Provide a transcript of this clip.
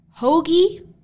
Hoagie